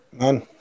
none